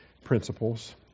principles